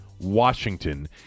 Washington